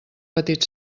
petit